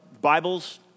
Bibles